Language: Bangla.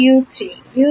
ছাত্র U3